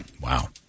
Wow